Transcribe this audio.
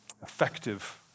effective